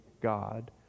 God